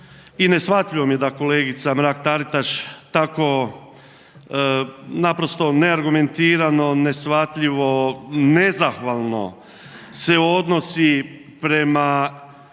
i neshvatljivo mi je da kolegica Mrak Taritaš tako naprosto neargumentirano, neshvatljivo, nezahvalno se odnosi prema